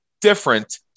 different